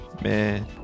Man